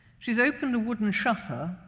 she's opened a wooden shutter,